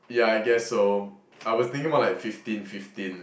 ya I guess so I was thinking more like fifteen fifteen